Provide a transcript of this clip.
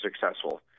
successful